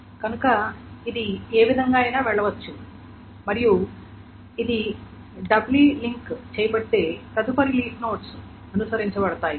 కనుక ఇది ఏ విధంగానైనా వెళ్ళవచ్చు మరియు ఇది డబ్లీ లింక్ చేయబడితే తదుపరి లీఫ్ నోడ్స్ అనుసరించబడతాయి